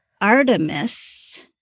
Artemis